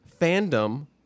fandom